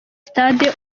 sitade